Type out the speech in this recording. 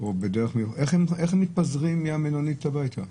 איך הם מתפזרים מהמלונית הביתה?